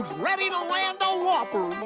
ready to land a whopper?